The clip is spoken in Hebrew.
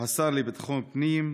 השר לביטחון הפנים,